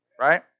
right